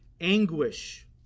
anguish